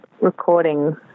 recording